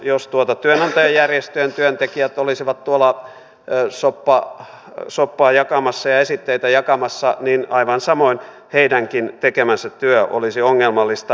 jos työnantajajärjestöjen työntekijät olisivat tuolla soppaa ja esitteitä jakamassa niin aivan samoin heidänkin tekemänsä työ olisi ongelmallista